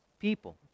people